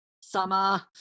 Summer